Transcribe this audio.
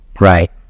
right